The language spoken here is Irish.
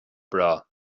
breá